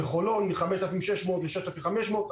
בחולון מ-5,600 ל-6,500.